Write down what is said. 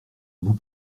vous